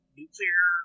nuclear